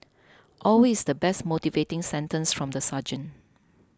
always the best motivating sentence from the sergeant